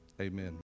amen